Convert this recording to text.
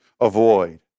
avoid